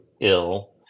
ill